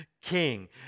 king